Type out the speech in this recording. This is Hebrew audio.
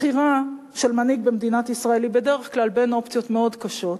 הבחירה של מנהיג במדינת ישראל היא בדרך כלל בין אופציות מאוד קשות.